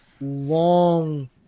long